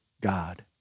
God